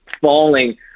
falling